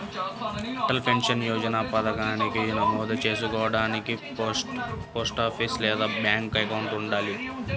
Atal pension Yojana పథకానికి నమోదు చేసుకోడానికి పోస్టాఫీస్ లేదా బ్యాంక్ అకౌంట్ ఉండాలి